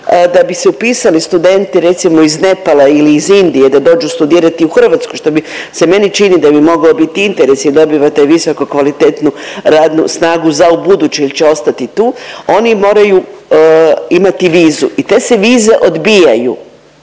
da bi se upisali studenti recimo iz Nepala ili iz Indije da dođu studirati u Hrvatsku što bi se meni čini da bi mogao biti interes jer dobivate visoko kvalitetnu radnu snagu za ubuduće jer će ostati tu, oni moraju imati vizu i te se vize odbijaju,